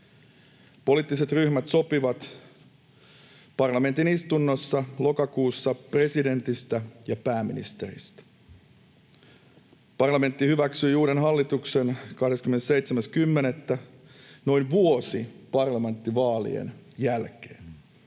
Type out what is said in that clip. Poliittiset ryhmät sopivat parlamentin istunnossa lokakuussa presidentistä ja pääministeristä. Parlamentti hyväksyi uuden hallituksen 27.10., noin vuosi parlamenttivaalien jälkeen.